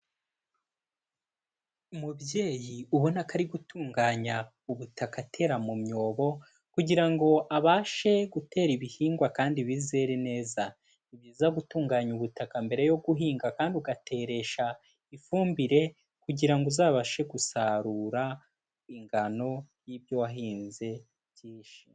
Umubyeyi ubona ko ari gutunganya ubutaka atera mu myobo kugira ngo abashe gutera ibihingwa kandi bizere neza. Ni byiza gutunganya ubutaka mbere yo guhinga kandi ugateresha ifumbire kugira ngo uzabashe gusarura ingano y'ibyo wahinze byinshi.